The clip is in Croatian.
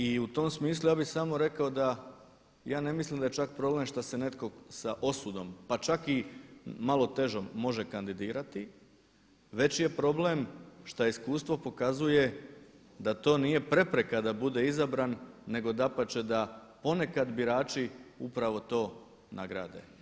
I u tom smislu ja bih samo rekao da ja ne mislim da je čak problem šta se netko sa osudom pa čak i malo težom može kandidirati već je problem šta iskustvo pokazuje da to nije prepreka da bude izabran nego dapače da ponekad birači upravo to nagrade.